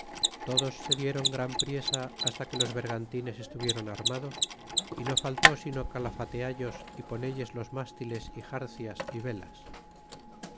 todos se dieron gran priesa hasta que los vergantines estuviéron armados y no faltó sino calafeteallos y ponelles los mastiles y xarcias y velas